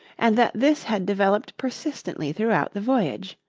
and that this had developed persistently throughout the voyage.